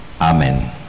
Amen